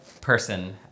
person